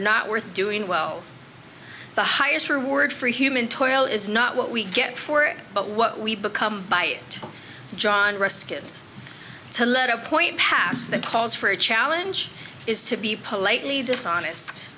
not worth doing well the highest or word for human toil is not what we get for it but what we become by it john ruskin to let a point pass that calls for a challenge is to be politely dishonest